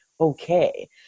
okay